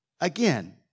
Again